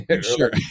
Sure